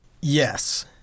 Yes